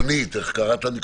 הראשונית איך קראת לה מקודם?